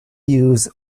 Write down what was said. use